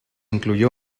incluyó